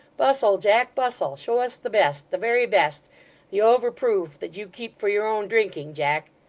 bustle, jack, bustle. show us the best the very best the over-proof that you keep for your own drinking, jack